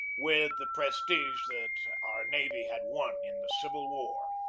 with the prestige that our navy had won in the civil war.